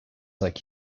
like